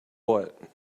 what